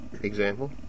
Example